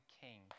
King